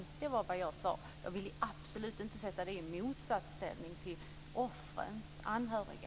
Det var vad jag sade. Jag vill absolut inte sätta detta i motsatsställning till offrens anhöriga.